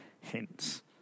hints